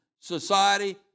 society